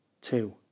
two